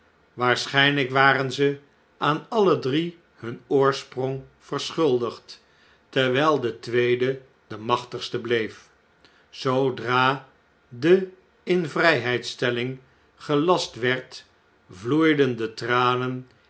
waarschjjnlijk waren ze aan alle drie hun oorsprong verschuldigd terwjjl de tweede de machtigste bleef zoodra de invrjjheidstelling gelast werd vloeiden de tranen